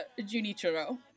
Junichiro